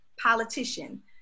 politician